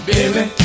Baby